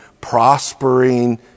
prospering